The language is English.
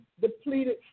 depleted